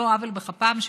שעל לא עוול בכפם,